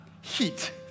heat